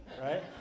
right